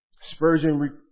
Spurgeon